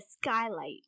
skylight